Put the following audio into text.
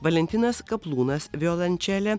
valentinas kaplūnas violončelė